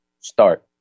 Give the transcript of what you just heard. Start